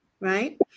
Right